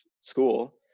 school